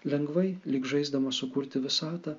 lengvai lyg žaisdamas sukurti visatą